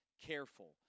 careful